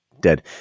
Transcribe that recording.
dead